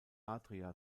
adria